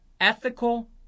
ethical